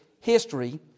history